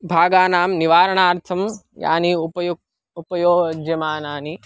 भागानां निवारणार्थं यानि उपयुक्तानि उपयोज्यमानानि